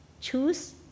choose